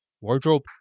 wardrobe